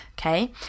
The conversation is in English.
Okay